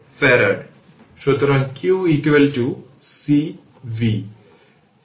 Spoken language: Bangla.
এখন জানুন যে 0 থেকে 2 সেকেন্ডের মধ্যে এটি জানুন c dvtdt